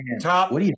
top